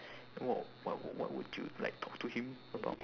w~ what what would you like talk to him about